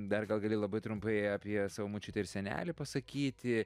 dar gal gali labai trumpai apie savo močiutę ir senelį pasakyti